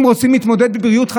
אם רוצים להתמודד עם בריאות,